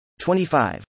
25